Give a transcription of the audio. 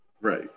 Right